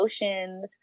emotions